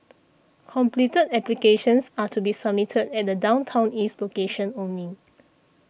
completed applications are to be submitted at the Downtown East location only